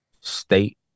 State